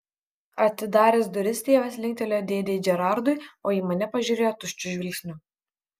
atidaręs duris tėvas linktelėjo dėdei džerardui o į mane pažiūrėjo tuščiu žvilgsniu